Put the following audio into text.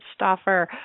Stoffer